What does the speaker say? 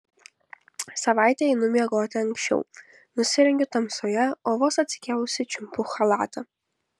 savaitę einu miegoti anksčiau nusirengiu tamsoje o vos atsikėlusi čiumpu chalatą